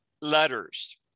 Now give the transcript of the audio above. letters